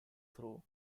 through